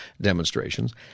demonstrations